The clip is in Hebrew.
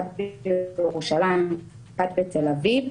האחת בירושלים, האחת בתל אביב.